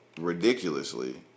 ridiculously